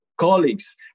Colleagues